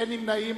אין נמנעים.